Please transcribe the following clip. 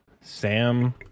Sam